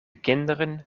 kinderen